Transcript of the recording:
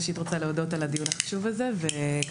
ראשית רוצה להודות על הדיון החשוב הזה וכמובן,